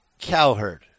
Cowherd